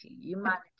Humanity